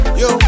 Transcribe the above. yo